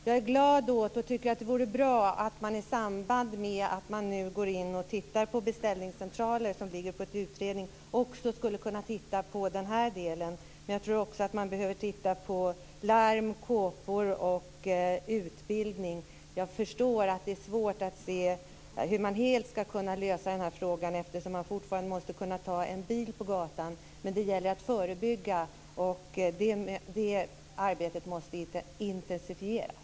Jag är glad åt och jag tycker att det är bra att man i samband med att utredningen nu går in och tittar på beställningscentralerna också kan titta på den här delen. Jag tror också att man behöver titta på larm, kåpor och utbildning. Jag förstår att det är svårt att se hur man helt skall kunna lösa detta problem. Man måste ju fortfarande kunna ta en bil på gatan. Men det gäller att förebygga, och det arbetet måste intensifieras.